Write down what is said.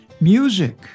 music